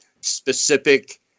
specific